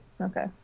Okay